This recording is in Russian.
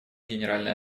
генеральной